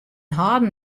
hâlden